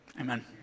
Amen